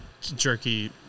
jerky